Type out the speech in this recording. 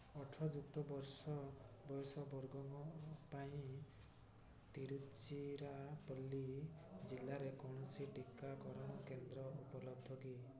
ଅଠର ଯୁକ୍ତ ବର୍ଷ ବୟସ ବର୍ଗଙ୍କ ପାଇଁ ତିରୁଚିରାପଲ୍ଲୀ ଜିଲ୍ଲାରେ କୌଣସି ଟିକାକରଣ କେନ୍ଦ୍ର ଉପଲବ୍ଧ କି